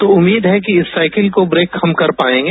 तो उम्मीद है कि इस साइकिल को ब्रेक हम कर पायेंगे